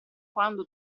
quando